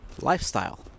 lifestyle